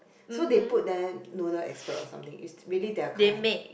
so they put them noodles expert or something it's really their kind